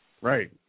right